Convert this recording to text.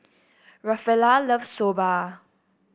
Rafaela loves Soba